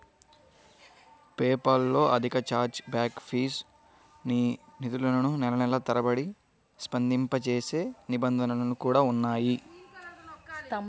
PayPal లో అధిక chargeback fees, మీ నిధులను నెలల తరబడి స్తంభింపజేసే నిబంధనలు కూడా ఉన్నాయి